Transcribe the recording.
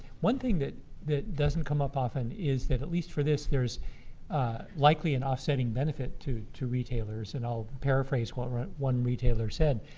one thing that that doesn't come up often is that, at least for this, there is likely an offsetting benefit to to retailers. and i'll paraphrase what one retailer said.